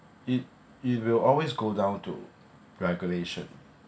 it it will always go down to regulation